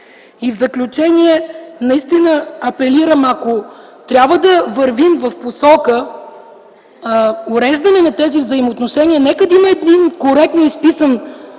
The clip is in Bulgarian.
В заключение, наистина апелирам, ако трябва да вървим в посока уреждане на тези взаимоотношения, нека да има един коректно изписан